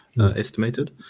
estimated